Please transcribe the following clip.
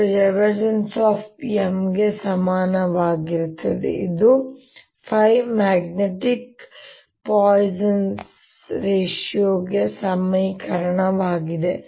Mಗೆ ಸಮನಾಗಿರುತ್ತದೆ ಇದು Magnetic ಪಾಯಿಸನ್ನ ಸಮೀಕರಣವಾಗಿದೆ